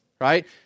right